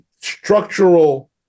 structural